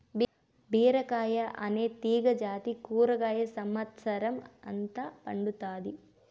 బీరకాయ అనే తీగ జాతి కూరగాయ సమత్సరం అంత పండుతాది